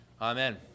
Amen